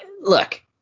look